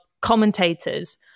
commentators